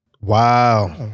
Wow